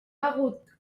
begut